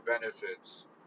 benefits